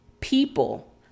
people